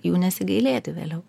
jų nesigailėti vėliau